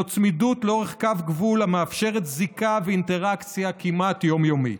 זאת צמידות לאורך קו גבול המאפשרת זיקה ואינטראקציה כמעט יום-יומיות.